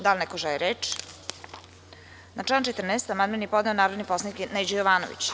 Da li neko želi reč?(Ne) Na član 14. amandman je podneo narodni poslanik Neđo Jovanović.